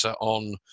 on